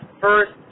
first